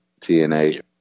TNA